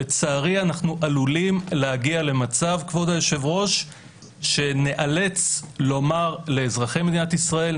לצערי אנחנו עלולים להגיע למצב שנאלץ לומר לאזרחי מדינת ישראל,